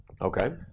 Okay